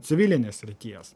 civilinės srities